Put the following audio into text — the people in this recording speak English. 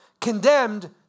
condemned